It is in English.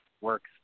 works